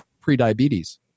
pre-diabetes